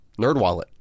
NerdWallet